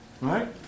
Right